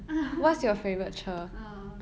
err